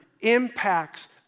impacts